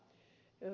kuten ed